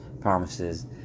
promises